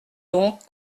donc